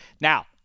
Now –